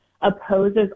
opposes